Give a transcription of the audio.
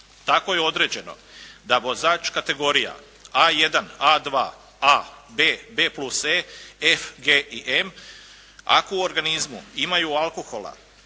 Tako je određeno da vozač kategorija A1, A2, A, B, B+E, F, G i M, ako u organizmu imaju alkohola